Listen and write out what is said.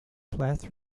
plath